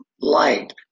light